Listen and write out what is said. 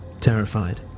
terrified